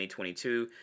2022